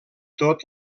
tot